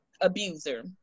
abuser